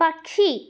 పక్షి